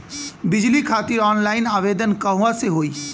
बिजली खातिर ऑनलाइन आवेदन कहवा से होयी?